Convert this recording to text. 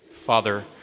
Father